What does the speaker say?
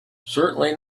certainly